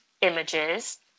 images